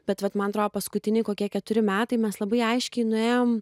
bet vat man atrodo paskutiniai kokie keturi metai mes labai aiškiai nuėjom